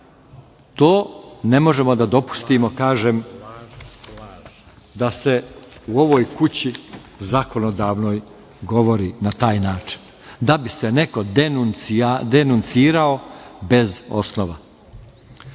To ne možemo da dopustimo da se u ovoj kući, zakonodavnoj, govori na taj način, da bi se neko denuncirao bez osnova. Što